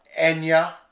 Enya